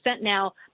now